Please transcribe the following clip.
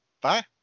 Bye